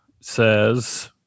says